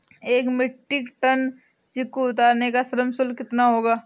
एक metric tonne चीकू उतारने का श्रम शुल्क कितना होगा?